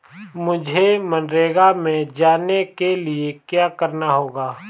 मुझे मनरेगा में जाने के लिए क्या करना होगा?